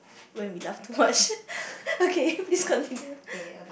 when we last watched okay please continue